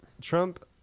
Trump